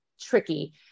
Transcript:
tricky